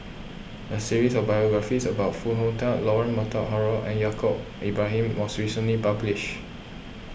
a series of biographies about Foo Hong Tatt Leonard Montague Harrod and Yaacob Ibrahim was recently published